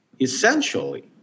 essentially